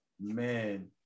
man